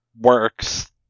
works